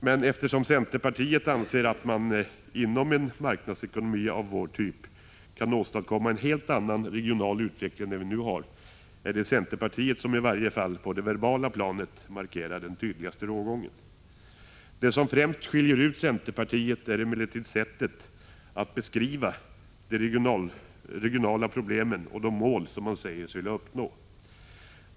Men eftersom centerpartiet anser att man inom en marknadsekonomi av vår typ kan åstadkomma en helt annan regional utveckling än den vi nu har, är det centerpartiet som, i varje fall på det verbala planet, markerar den tydligaste rågången. Det som främst skiljer ut centerpartiet är emellertid sättet att beskriva de regionala problemen och de mål man säger sig vilja uppnå.